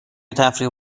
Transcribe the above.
تفریح